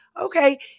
okay